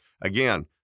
Again